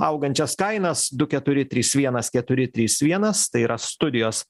augančias kainas du keturi trys vienas keturi trys vienas tai yra studijos